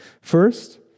First